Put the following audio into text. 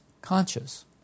conscious